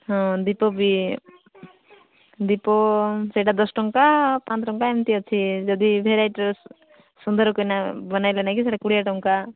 ହଁ ଦୀପ ବି ଦୀପ ସେଇଟା ଦଶଟଙ୍କା ପାଞ୍ଚ ଟଙ୍କା ଏମିତି ଅଛି ଯଦି ଭେରାଇଟ୍ର ସୁନ୍ଦରକିନା ବନେଇ ବାନେଇକି ସେଇଟା କୋଡ଼ିଏ ଟଙ୍କା